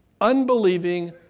unbelieving